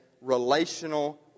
relational